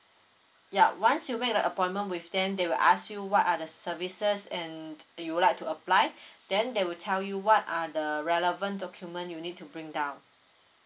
ya once you make the appointment with them they will ask you what are the services and do you like to apply then they will tell you what are the relevant document you need to bring down